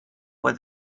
where